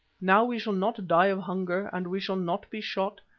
now we shall not die of hunger, and we shall not be shot,